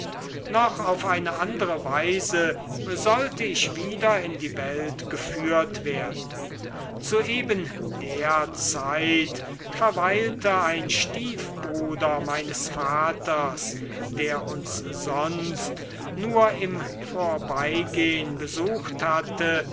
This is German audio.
noch auf eine andere weise sollte ich wieder in die welt geführt werden zu eben der zeit verweilte ein stiefbruder meines vaters der uns sonst nur im vorbeigehn besucht hatte